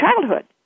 childhood